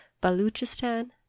baluchistan